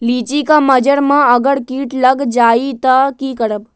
लिचि क मजर म अगर किट लग जाई त की करब?